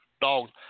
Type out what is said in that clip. dogs